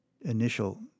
initial